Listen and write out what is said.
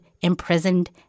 imprisoned